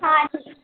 हाँ